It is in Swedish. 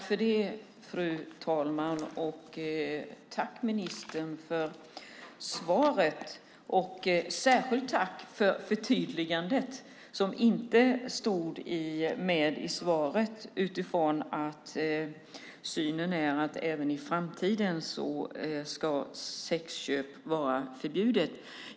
Fru talman! Tack, ministern, för svaret! Ett särskilt tack vill jag uttrycka för förtydligandet av det som inte stod i det skriftliga svaret, att synen är att även i framtiden ska sexköp vara förbjudet.